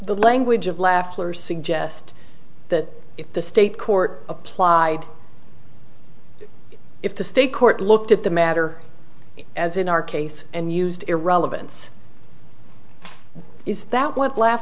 the language of leffler suggest that if the state court applied if the state court looked at the matter as in our case and used irrelevance is that what l